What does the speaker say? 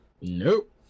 nope